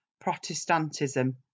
protestantism